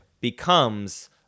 becomes